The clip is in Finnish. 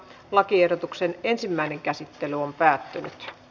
lakiehdotuksen ensimmäinen käsittely päättyi